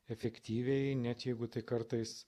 efektyviai net jeigu tik kartais